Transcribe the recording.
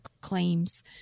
claims